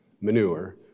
Manure